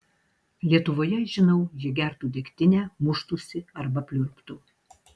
lietuvoje žinau jie gertų degtinę muštųsi arba pliurptų